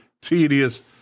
tedious